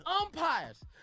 umpires